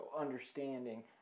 understanding